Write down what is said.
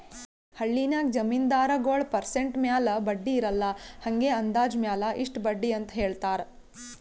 ಹಳ್ಳಿನಾಗ್ ಜಮೀನ್ದಾರಗೊಳ್ ಪರ್ಸೆಂಟ್ ಮ್ಯಾಲ ಬಡ್ಡಿ ಇರಲ್ಲಾ ಹಂಗೆ ಅಂದಾಜ್ ಮ್ಯಾಲ ಇಷ್ಟ ಬಡ್ಡಿ ಅಂತ್ ಹೇಳ್ತಾರ್